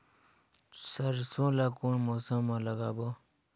सरसो ला कोन मौसम मा लागबो?